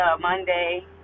Monday